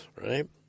right